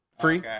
Free